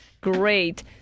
Great